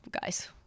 guys